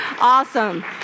Awesome